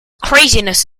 craziness